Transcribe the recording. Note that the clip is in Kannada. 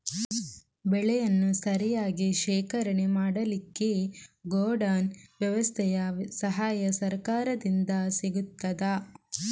ಬೆಳೆಯನ್ನು ಸರಿಯಾಗಿ ಶೇಖರಣೆ ಮಾಡಲಿಕ್ಕೆ ಗೋಡೌನ್ ವ್ಯವಸ್ಥೆಯ ಸಹಾಯ ಸರಕಾರದಿಂದ ಸಿಗುತ್ತದಾ?